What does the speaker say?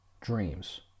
dreams